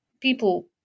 people